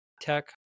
tech